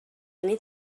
nit